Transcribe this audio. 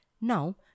Now